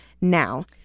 now